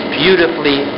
beautifully